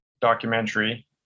documentary